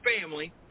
family